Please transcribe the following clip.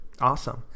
Awesome